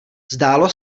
zdálo